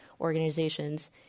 organizations